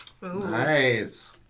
Nice